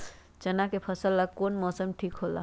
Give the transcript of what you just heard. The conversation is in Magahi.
चाना के फसल ला कौन मौसम ठीक होला?